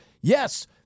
yes